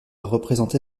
représenté